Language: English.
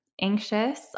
anxious